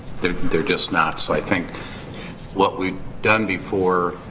they're they're just not. so, i think what we've done before